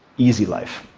easy life.